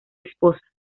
esposa